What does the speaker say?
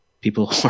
people